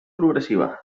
progressiva